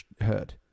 heard